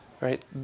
Right